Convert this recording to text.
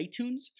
iTunes